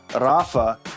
Rafa